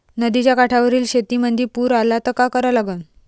नदीच्या काठावरील शेतीमंदी पूर आला त का करा लागन?